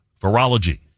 Virology